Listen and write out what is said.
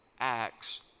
acts